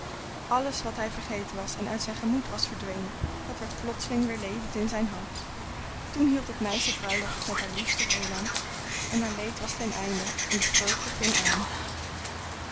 alles wat hij vergeten was en uit zijn gemoed was verdwenen dat werd plotseling weer levend in zijn hart toen hield het meisje bruiloft met haar liefste roland en haar leed was teneinde en de vreugde ving aan